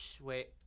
wait